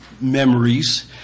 memories